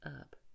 up